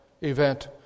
event